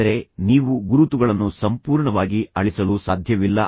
ಆದರೆ ನೀವು ಗುರುತುಗಳನ್ನು ಸಂಪೂರ್ಣವಾಗಿ ಅಳಿಸಲು ಸಾಧ್ಯವಿಲ್ಲ